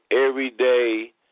everyday